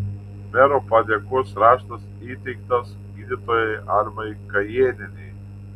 mero padėkos raštas įteiktas gydytojai almai kajėnienei